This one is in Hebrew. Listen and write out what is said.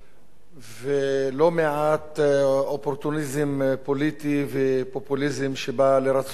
ולא מעט אופורטוניזם פוליטי ופופוליזם שבא לרצות את המתנחלים.